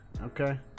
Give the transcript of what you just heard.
Okay